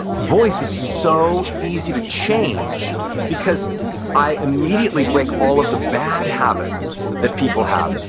voice is so easy to change because i immediately break all of the bad habits that people have,